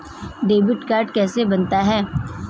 Debit card कैसे बनता है?